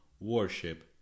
Worship